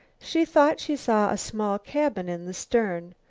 she thought she saw a small cabin in the stern.